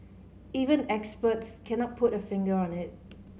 even experts cannot put a finger on it